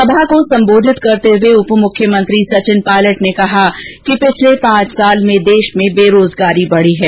सभा को संबोधित करते हुए उपमुख्यमंत्री सचिन पायलट ने कहा कि पिछले पांच साल में देष में बेरोजगारी बढी है